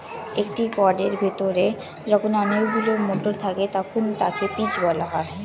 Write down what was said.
একটি পডের ভেতরে যখন অনেকগুলো মটর থাকে তখন তাকে পিজ বলা হয়